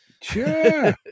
Sure